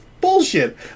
bullshit